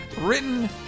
written